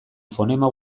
fonema